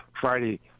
Friday